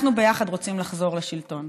אנחנו ביחד רוצים לחזור לשלטון.